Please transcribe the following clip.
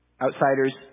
Outsiders